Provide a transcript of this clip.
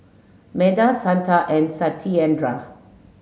Medha Santha and Satyendra